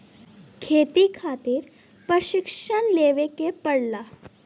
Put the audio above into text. खेती खातिर प्रशिक्षण लेवे के पड़ला